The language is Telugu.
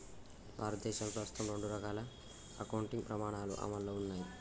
భారతదేశంలో ప్రస్తుతం రెండు రకాల అకౌంటింగ్ ప్రమాణాలు అమల్లో ఉన్నయ్